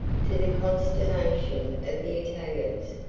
to the consternation of the italians,